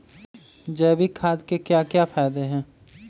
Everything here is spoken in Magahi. जैविक खाद के क्या क्या फायदे हैं?